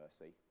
mercy